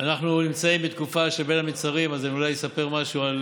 נמצאים בתקופה שבין המצרים, אז אולי אספר משהו על